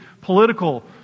political